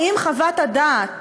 האם חוות הדעת